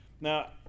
now